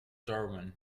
darwin